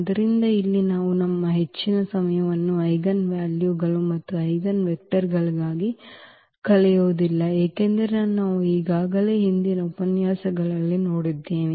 ಆದ್ದರಿಂದ ಇಲ್ಲಿ ನಾವು ನಮ್ಮ ಹೆಚ್ಚಿನ ಸಮಯವನ್ನು ಐಜೆನ್ ವ್ಯಾಲ್ಯೂಗಳು ಮತ್ತು ಐಜೆನ್ ವೆಕ್ಟರ್ಗಳಿಗಾಗಿ ಕಳೆಯುವುದಿಲ್ಲ ಏಕೆಂದರೆ ನಾವು ಈಗಾಗಲೇ ಹಿಂದಿನ ಉಪನ್ಯಾಸಗಳಲ್ಲಿ ನೋಡಿದ್ದೇವೆ